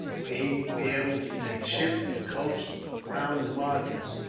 where he would be able to take ship and coast round to madras.